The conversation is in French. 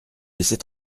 laisser